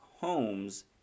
homes